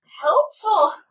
helpful